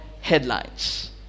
Headlines